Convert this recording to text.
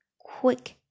quick